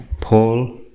Paul